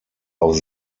auf